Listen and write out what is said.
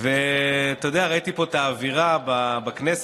אדוני היושב-ראש,